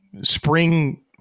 spring